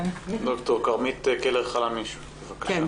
ד"ר כרמית קלר-חלמיש, בבקשה.